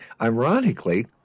ironically